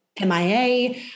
MIA